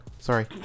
Sorry